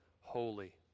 holy